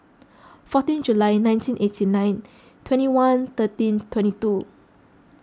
fourteen July nineteen eighty nine twenty one thirteen twenty two